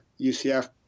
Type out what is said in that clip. UCF